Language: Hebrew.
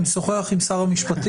אני משוחח עם שר המשפטים,